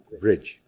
bridge